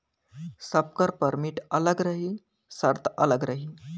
सबकर परमिट अलग रही सर्त अलग रही